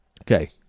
Okay